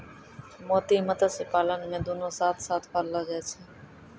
मोती मत्स्य पालन मे दुनु साथ साथ पाललो जाय छै